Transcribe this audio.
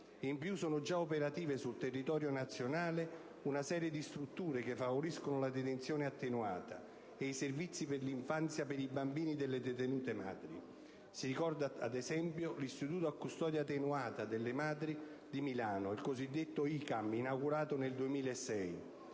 In più, sono già operative sul territorio nazionale una serie di strutture che favoriscono la detenzione attenuata e i servizi per l'infanzia per i bambini delle detenute madri. Si ricorda, ad esempio l'Istituto a custodia attenuata delle madri di Milano, il cosiddetto ICAM, inaugurato nel 2006,